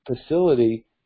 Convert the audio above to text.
facility